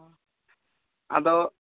ᱟᱫᱚ